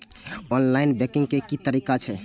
Online banking के की तरीका छै?